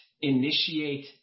initiate